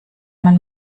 man